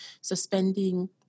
suspending